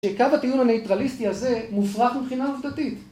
שקו הטיעון הניטרליסטי הזה מופרך מבחינה עובדתית.